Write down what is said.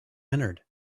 entered